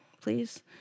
please